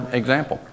example